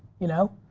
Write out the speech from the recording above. you know?